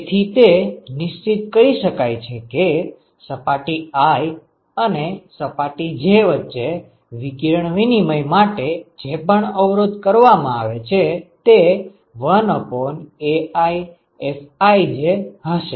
તેથી તે નિશ્ચિત કરી શકાય છે કે સપાટી i અને સપાટી j વચ્ચે વિકિરણ વિનિમય માટે જે પણ અવરોધ કરવામાં આવે છે તે 1AiFij હશે